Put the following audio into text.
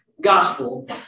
gospel